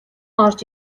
орж